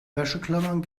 wäscheklammern